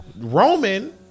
Roman